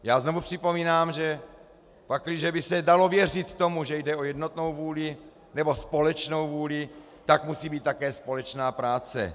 Já znovu připomínám, že pakliže by se dalo věřit tomu, že jde o jednotnou vůli nebo společnou vůli, tak musí být také společná práce.